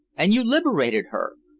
and you liberated her!